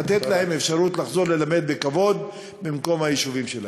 לתת להם אפשרות לחזור ללמד בכבוד במקום היישוב שלהם.